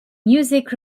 music